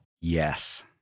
Yes